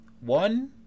One